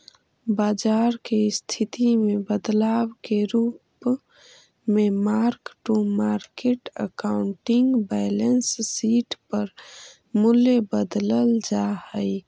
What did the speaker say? बाजार के स्थिति में बदलाव के रूप में mark to market accounting balance sheet पर मूल्य बदलल जा हई